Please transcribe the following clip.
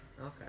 Okay